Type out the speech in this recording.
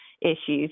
issues